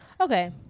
Okay